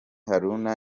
haruna